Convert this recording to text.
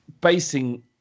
basing